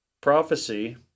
prophecy